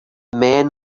men